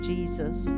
Jesus